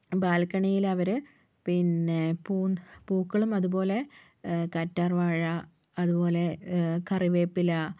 ബാൽക്കണിയിൽ അവർ പിന്നെ പൂക്കളും അതുപോലെ കറ്റാർവാഴ അതുപോലെ കറിവേപ്പില